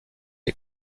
est